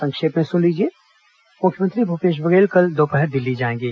संक्षिप्त समाचार मुख्यमंत्री भूपेश बघेल कल दोपहर दिल्ली जाएंगे